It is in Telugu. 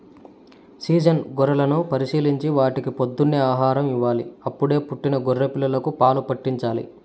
సీజన్ గొర్రెలను పరిశీలించి వాటికి పొద్దున్నే ఆహారం ఇవ్వాలి, అప్పుడే పుట్టిన గొర్రె పిల్లలకు పాలు పాట్టించాలి